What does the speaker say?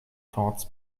thoughts